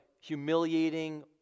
humiliating